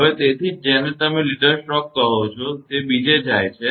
હવે તેથી જ તમે જેને લીડર સ્ટ્રોક કહો છો તે બીજે જાય છે